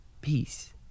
peace